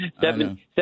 seven